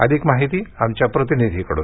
अधिक माहिती आमच्या प्रतिनिधीकडून